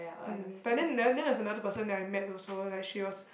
um but then then there was another person that I met also like she was